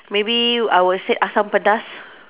maybe I will say Asam-Pedas